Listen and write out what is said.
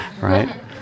right